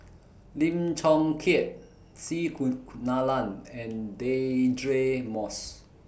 Lim Chong Keat C Kunalan and Deirdre Moss